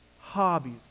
hobbies